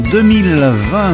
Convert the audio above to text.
2020